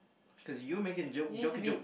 cause you make it joke joke joke